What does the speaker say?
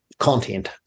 content